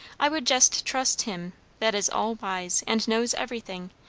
i would jest trust him that is all-wise, and knows everything,